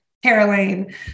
Caroline